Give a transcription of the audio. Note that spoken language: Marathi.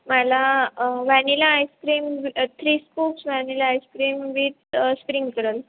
मला vanilla ice cream three scoops vanilla ice cream with sprinklers